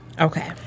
Okay